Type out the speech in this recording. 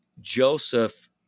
Joseph